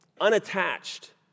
unattached